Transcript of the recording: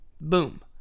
Boom